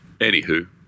Anywho